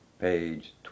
Page